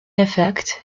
effect